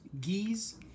Geese